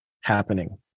happening